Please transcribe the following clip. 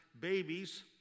babies